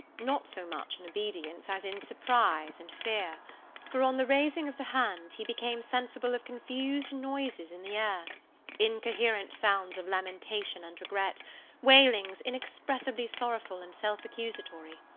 not so much in obedience, as in surprise and fear for on the raising of the hand, he became sensible of confused noises in the air incoherent sounds of lamentation and regret wailings inexpressibly sorrowful and self-accusatory.